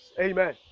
Amen